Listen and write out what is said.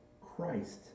Christ